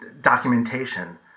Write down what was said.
documentation